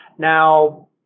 Now